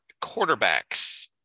quarterbacks